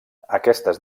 aquestes